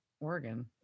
oregon